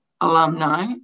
Alumni